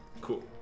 Cool